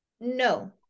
no